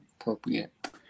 appropriate